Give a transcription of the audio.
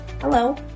Hello